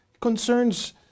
concerns